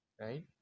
Right